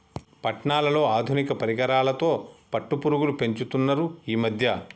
పట్నాలలో ఆధునిక పరికరాలతో పట్టుపురుగు పెంచుతున్నారు ఈ మధ్య